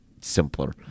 simpler